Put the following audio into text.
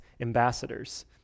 ambassadors